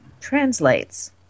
translates